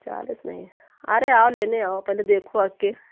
चालीस नहीं आरे आओ लेने आओ पहले देखो आ कर